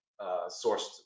sourced